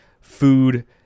food